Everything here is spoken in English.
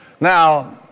Now